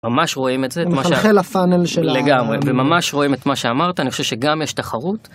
ממש רואים את זה. זה מחלחל לפאנל של ה... לגמרי. ממש רואים את מה שאמרת, אני חושב שגם יש תחרות,